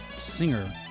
singer